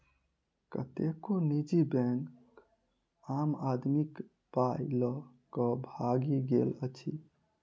कतेको निजी बैंक आम आदमीक पाइ ल क भागि गेल अछि